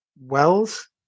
Wells